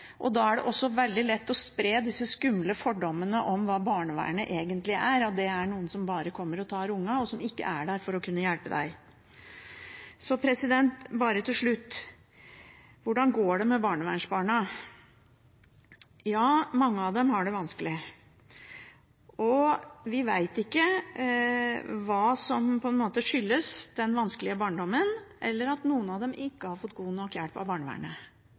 Og da er det også veldig lett å spre disse skumle fordommene om hva barnevernet egentlig er, at det er noen som bare kommer og tar ungene, og som ikke er der for å hjelpe deg. Så hvordan går det med barnevernsbarna? Mange av dem har det vanskelig. Og vi vet ikke hva som skyldes den vanskelige barndommen eller at noen av dem ikke har fått god nok hjelp av barnevernet.